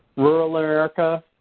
rural america.